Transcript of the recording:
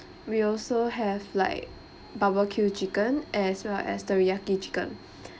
we also have like barbecue chicken as well as teriyaki chicken